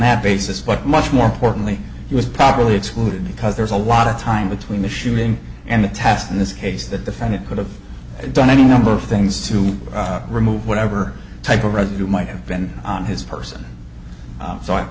that basis but much more importantly he was properly excluded because there's a lot of time between the shooting and the task in this case that the found it could have done any number of things to remove whatever type of residue might have been on his person so i